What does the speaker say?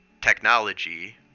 technology